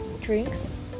drinks